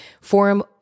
forum